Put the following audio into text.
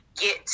get